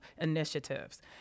initiatives